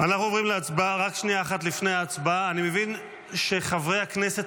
רק שנייה אחת לפני ההצבעה: אני מבין שחברי הכנסת